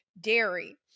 dairy